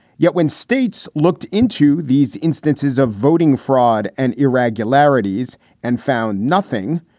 yet when states looked into these instances of voting fraud and irregularities and found nothing.